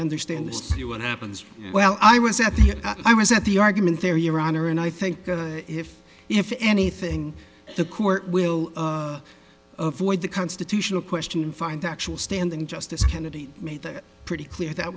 understand as to what happens well i was at the i was at the argument there your honor and i think if if anything the court will avoid the constitutional question and find the actual standing justice kennedy made pretty clear that